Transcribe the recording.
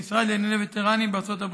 המשרד לענייני וטרנים בארצות הברית.